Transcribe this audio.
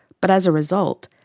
but as a result,